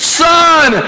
son